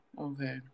Okay